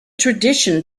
tradition